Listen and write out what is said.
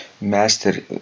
master